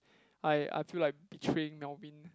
I I feel like betraying Melvin